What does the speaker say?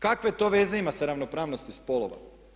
Kakve to veze ima sa ravnopravnosti spolova?